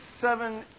seven